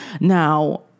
Now